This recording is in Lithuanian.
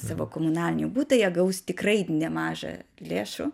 savo komunalinį butą jie gaus tikrai nemažą lėšų